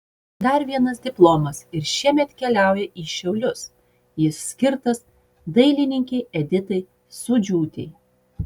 dar vienas diplomas ir šiemet keliauja į šiaulius jis skirtas dailininkei editai sūdžiūtei